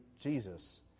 Jesus